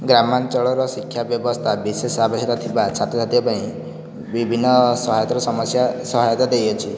ଗ୍ରାମାଞ୍ଚଳର ଶିକ୍ଷା ବ୍ୟବସ୍ଥା ବିଶେଷ ଆବଶ୍ୟକତା ଥିବା ଛାତ୍ରଛାତ୍ରୀଙ୍କ ପାଇଁ ବିଭିନ୍ନ ସହାୟତାର ସମସ୍ୟା ସହାୟକ ଦେଇ ଅଛି